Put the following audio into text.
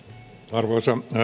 arvoisa